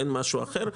אין משהו אחר,